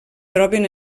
troben